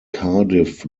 cardiff